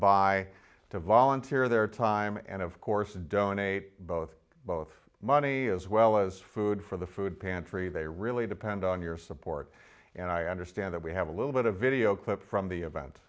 by to volunteer their time and of course donate both both money as well as food for the food pantry they really depend on your support and i understand that we have a little bit of video clip from the event